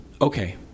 Okay